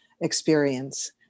experience